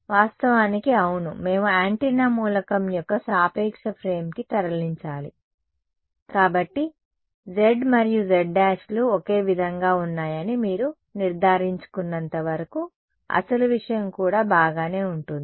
వాస్తవానికి అవును మేము యాంటెన్నా మూలకం యొక్క సాపేక్ష ఫ్రేమ్కి తరలించాలి కాబట్టి z మరియు z′ లు ఒకే విధంగా ఉన్నాయని మీరు నిర్ధారించుకున్నంత వరకు అసలు విషయం కూడా బాగానే ఉంటుంది